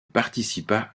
participa